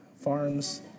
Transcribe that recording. farms